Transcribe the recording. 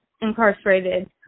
incarcerated